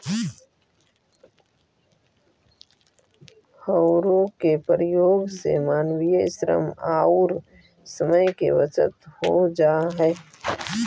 हौरो के प्रयोग से मानवीय श्रम औउर समय के बचत हो जा हई